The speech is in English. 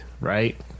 right